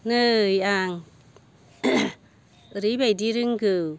नै आं ओरैबायदि रोंगौ